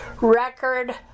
record